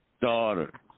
daughter